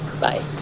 Bye